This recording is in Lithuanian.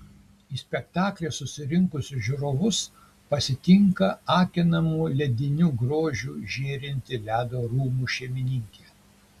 į spektaklį susirinkusius žiūrovus pasitinka akinamu lediniu grožiu žėrinti ledo rūmų šeimininkė